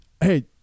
hey